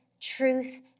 truth